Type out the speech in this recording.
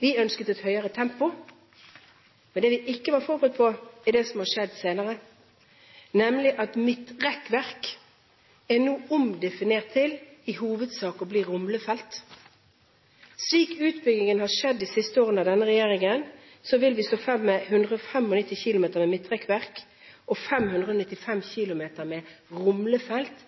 Vi ønsker et høyere tempo. Det vi ikke var forberedt på, var det som har skjedd senere, nemlig at midtrekkverk nå er omdefinert til i hovedsak å bli rumlefelt. Slik utbyggingen har vært de siste årene under denne regjeringen, vil vi stå igjen med 195 km med midtrekkverk og 595 km med rumlefelt.